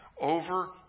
over